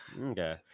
Okay